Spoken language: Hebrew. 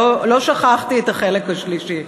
לא שכחתי את החלק השלישי.